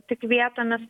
tik vietomis